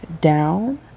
down